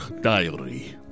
diary